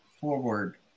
forward